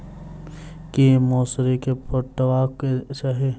की मौसरी केँ पटेबाक चाहि?